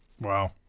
Wow